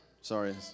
Sorry